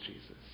Jesus